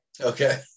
Okay